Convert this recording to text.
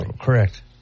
Correct